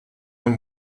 han